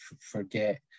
forget